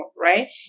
right